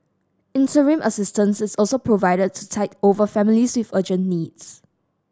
interim assistance is also provided to tide over families with urgent needs